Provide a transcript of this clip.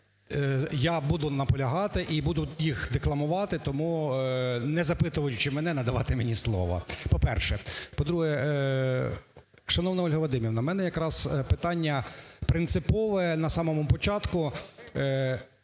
я буду наполягати і буду їх декламувати, тому, не запитуючи мене, надавати мені слово, по-перше. По-друге, шановна Ольга Вадимівна, у мене якраз питання принципове. На самому початку